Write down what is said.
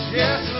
yes